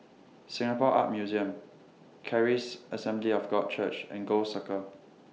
Singapore Art Museum Charis Assembly of God Church and Gul Circle